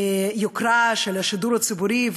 היוקרה של השידור הציבורי,